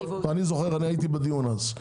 אני זוכר, אני הייתי בדיון אז.